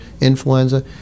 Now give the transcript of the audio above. influenza